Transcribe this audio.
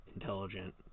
intelligent